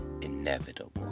inevitable